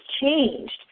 changed